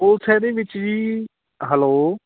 ਉਹ ਅੱਛਾ ਇਹਦੇ ਵਿੱਚ ਜੀ ਹੈਲੋ